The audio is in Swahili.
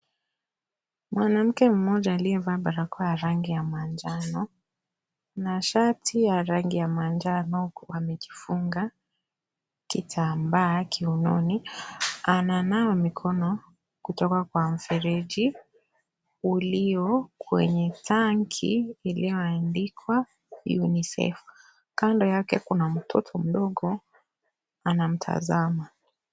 Mwanamke mmoja aliyevaa barakoa ya rangi ya manjano na shati ya rangi ya manjano huku amejifunga kitambaa kiunoni ananawa mikono kutoka kwa mfereji ulio kwenye tanki lililoandikwa UNICEF . Kando yake kuna mtoto mdogo anamtazama.